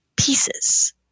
pieces